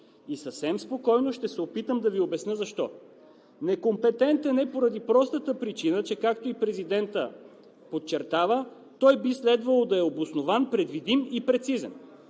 и съвсем спокойно ще се опитам да Ви обясня защо. Некомпетентен е поради простата причина, че както и президентът подчертава, той би следвало да е обоснован, предвидим и прецизен.